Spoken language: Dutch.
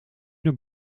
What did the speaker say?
naar